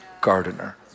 gardener